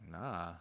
nah